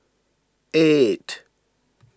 eight